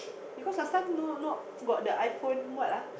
because last time no no got the iPhone what ah